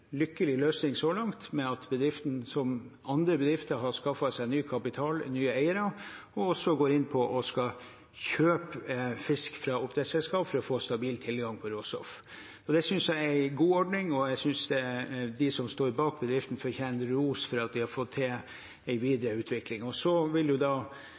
lykkelig løsning så langt ved at bedriften, som andre bedrifter, har skaffet seg ny kapital, nye eiere og også går inn på å kjøpe fisk fra oppdrettsselskap for å få stabil tilgang på råstoff. Det synes jeg er en god ordning, og jeg synes de som står bak bedriften, fortjener ros for at de har fått til en videreutvikling. Så vil